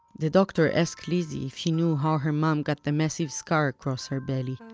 the doctor asked lizzie if she knew how her mom got the massive scar across her belly.